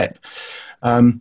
step